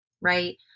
right